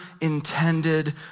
intended